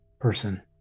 person